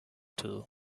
two